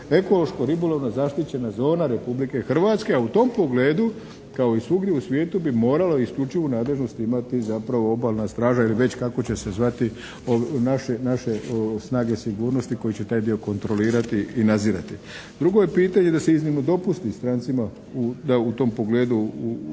ekološko-ribolovna zaštićena zona Republike Hrvatske, a u tom pogledu kao i svugdje u svijetu bi morala isključivu nadležnost imati zapravo obalna straža ili već kako će se zvati naše snage sigurnosti koje će taj dio kontrolirati i nadzirati. Drugo je pitanje da se iznimno strancima da u tom pogledu